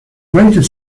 greater